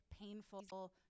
painful